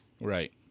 Right